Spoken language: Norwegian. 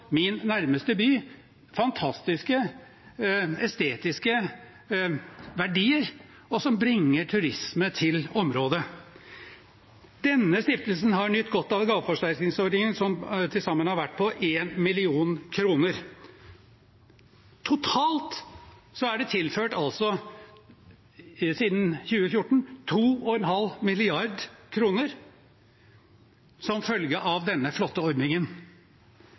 min nærmeste by fantastiske estetiske verdier, og det bringer turisme til området. Denne stiftelsen har nytt godt av gaveforsterkningsordningen, som til sammen har vært på 1 mill. kr. Totalt er det altså siden 2014 tilført 2,5 mrd. kr som følge av denne flotte ordningen.